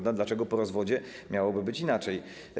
Dlaczego po rozwodzie miałoby być inaczej?